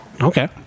okay